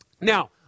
Now